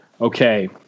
Okay